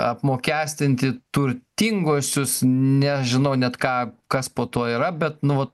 apmokestinti turtinguosius nežinau net ką kas po to yra bet nu va